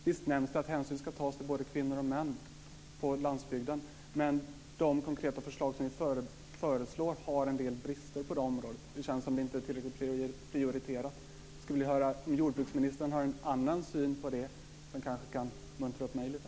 Visst nämns det att hänsyn ska tas till både kvinnor och män på landsbygden, men de konkreta förslag som vi för fram har en del brister på det området. Det känns som om det inte är tillräckligt prioriterat. Jag skulle vilja höra om jordbruksministern har en annan syn på det som kanske kan muntra upp mig lite.